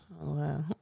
wow